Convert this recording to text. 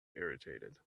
irritated